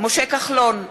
משה כחלון,